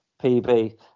pb